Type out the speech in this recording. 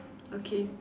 okay